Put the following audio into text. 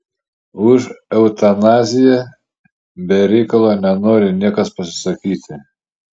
už eutanaziją be reikalo nenori niekas pasisakyti